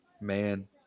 man